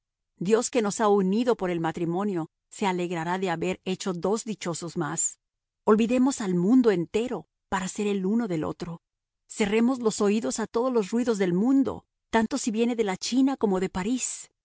dios que nos ha unido por el matrimonio se alegrará de haber hecho dos dichosos más olvidemos al mundo entero para ser el uno del otro cerremos los oídos a todos los ruidos del mundo tanto si vienen de la china como de parís